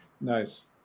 Nice